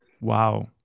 Wow